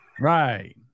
Right